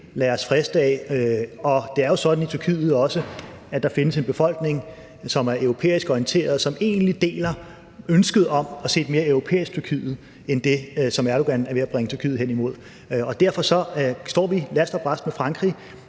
lader os friste af. Og det er jo sådan i Tyrkiet, at der også findes en befolkning, som er europæisk orienteret, og som egentlig deler ønsket om at se et mere europæisk Tyrkiet end det, som Erdogan er ved at bringe Tyrkiet hen imod. Derfor står vi last og brast med Frankrig